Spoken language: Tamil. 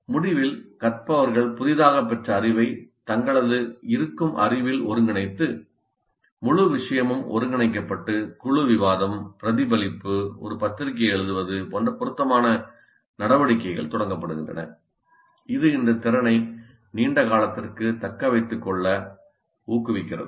முடிவில் கற்றவர்கள் புதிதாகப் பெற்ற அறிவை தங்களது இருக்கும் அறிவில் ஒருங்கிணைத்து முழு விஷயமும் ஒருங்கிணைக்கப்பட்டு குழு விவாதம் பிரதிபலிப்பு ஒரு பத்திரிகையை எழுதுவது போன்ற பொருத்தமான நடவடிக்கைகள் தொடங்கப்படுகின்றன இது இந்த திறனை நீண்ட காலத்திற்கு தக்க வைத்துக் கொள்ள ஊக்குவிக்கிறது